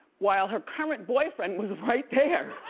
while her current boyfriend was right there